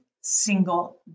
single